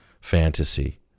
fantasy